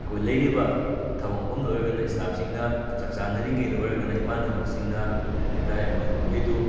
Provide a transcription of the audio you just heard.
ꯑꯩꯈꯣꯏ ꯂꯩꯔꯤꯕ ꯊꯕꯛ ꯃꯐꯝꯗ ꯑꯣꯏꯔꯒꯅ ꯁ꯭ꯇꯥꯐꯁꯤꯡꯅ ꯆꯥꯛ ꯆꯥꯅꯔꯤꯉꯩꯗ ꯑꯣꯏꯔꯒꯅ ꯏꯃꯥꯟꯅꯕꯁꯤꯡꯅ ꯍꯥꯏꯇꯥꯔꯦ ꯃꯣꯏ ꯃꯈꯩꯗꯨ